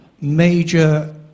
major